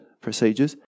procedures